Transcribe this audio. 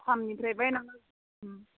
फार्मनिफ्राय बायना होयो